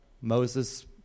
Moses